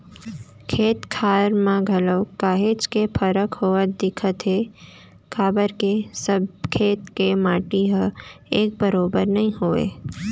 खेत खार म घलोक काहेच के फरक होवत दिखथे काबर के सब खेत के माटी ह एक बरोबर नइ होवय